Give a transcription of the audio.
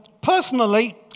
personally